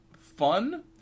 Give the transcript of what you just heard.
fun